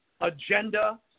agenda